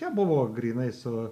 čia buvo grynai su